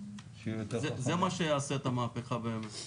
זה מה שיעשה את המהפכה באמת.